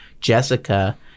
jessica